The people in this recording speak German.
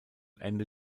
ende